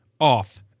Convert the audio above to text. off